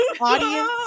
audience